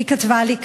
היא כתבה לי ככה: